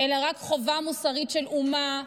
אלא רק חובה מוסרית של אומה,